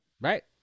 Right